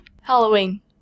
halloween